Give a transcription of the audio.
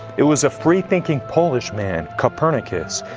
it was a free-thinking polish man, copernicus,